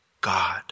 God